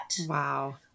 Wow